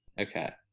Okay